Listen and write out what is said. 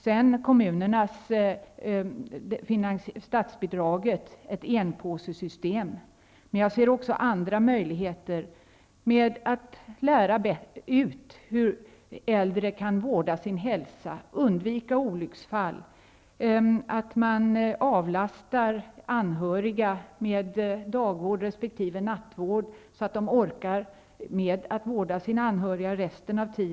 Därtill kommer ett enpåsesystem för kommunernas statsbidrag. Men jag ser också andra möjligheter, t.ex. att lära ut hur äldre kan vårda sin hälsa och undvika olyckor och att avlasta anhöriga med dagvård resp. nattvård så att de orkar med att vårda sina anhöriga.